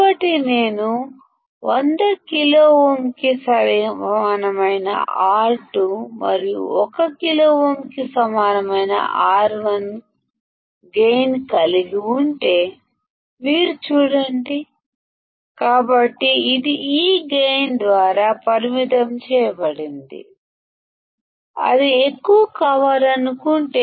కాబట్టి నా వద్ద 100K కి సమానమైన R2 మరియు 1K కి సమానమైన R1 కలిగి న గైన్ ఉంటే మీరు చూడండి కాబట్టి ఇది ఈ గైన్ పరిమితం చేయబడింది అది ఎక్కువ కావాలనుకున్నా